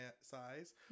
size